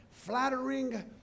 Flattering